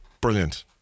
Brilliant